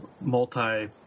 multi